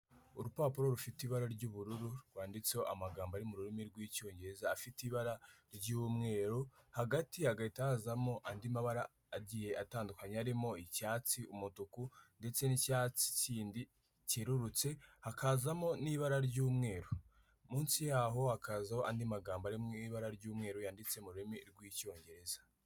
Urupapuro rufite ibara ry'ubururu rwanditseho amagambo ari mu rurimi rw'icyongereza afite ibara ry'umweru, hagati hagahita hazamo andi mabara agiye atandukanye arimo icyatsi, umutuku ndetse n'icyatsi kindi kerurutse hakazamo n'ibara ry'umweru munsi yaho hakazaho andi magambo ari mu ibara ry'umweru yanditse mu rurimi rw'icyongereza.